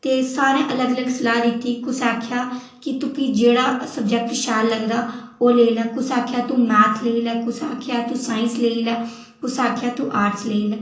ते सारें अलग अलग सलाह् दित्ती कुसै आखेआ जेह्ड़ा सब्जैक्ट शैल लगदा ओह् लेई लै कुसै आखेआ मैथ लेई लै कुसै आखेआ तूं साइंस लेई लै कुसै आखेआ तूं आर्ट्स लेई लै